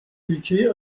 ülkeyi